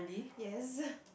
yes